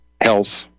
health